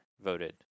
voted